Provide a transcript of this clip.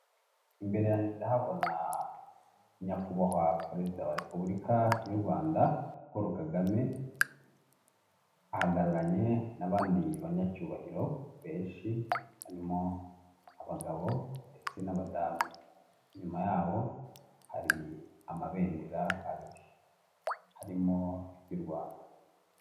Imbere yange ndahabona nyakubahwa perezida wa repubulika y'u Rwanda Pual Kagame ahagararanye n'abandi banyacyubahiro benshi harimo; abagabo ndetse n'abadamu, inyuma yabo hari amabendera abiri harimo n'iry'u Rwanda.